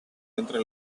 entre